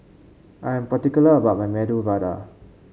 I'm particular about my Medu Vada